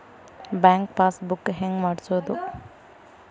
Bank passbook ಹೆಂಗ್ ಮಾಡ್ಸೋದು?